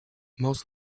most